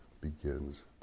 begins